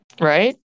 right